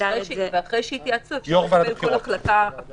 ואחרי שיתייעצו אפשר יהיה לקבל כל החלטה הפוכה ומנוגדת.